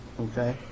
Okay